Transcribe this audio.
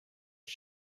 did